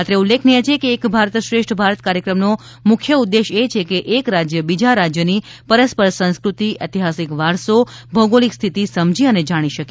અત્રે ઉલ્લેખનીય છે કે એક ભારત શ્રેષ્ઠ ભારત કાર્યક્રમનો મુખ્ય ઉદ્દેશ એ છે કે એક રાજ્ય બીજા રાજ્યની પરસ્પર સંસ્કૃતિ ઐતિહાસિક વારસો ભૌગોલિક સ્થિતિ સમજી અને જાણી શકે